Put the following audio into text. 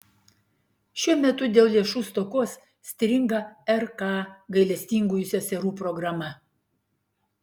šiuo metu dėl lėšų stokos stringa rk gailestingųjų seserų programa